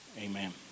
amen